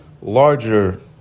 larger